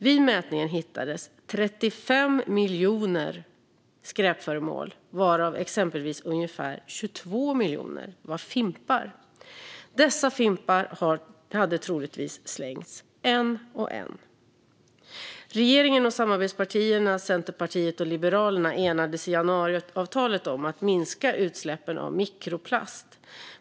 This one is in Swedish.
Vid mätningen hittades 35 miljoner skräpföremål, varav ungefär 22 miljoner var fimpar. Dessa fimpar hade troligtvis slängts en och en. Regeringen och samarbetspartierna Centerpartiet och Liberalerna enades i januariavtalet om att minska utsläppen av mikroplast.